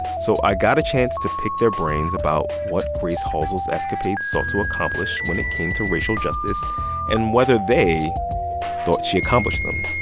so i got a chance to pick their brains about what grace halsell's escapades sought to accomplish when it came to racial justice and whether they thought she accomplished them.